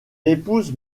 épouse